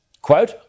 Quote